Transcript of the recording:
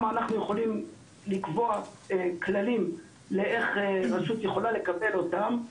אנחנו יכולים לקבוע כללים לאיך רשות יכולה לקבל אותם,